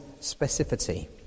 specificity